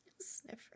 Sniffer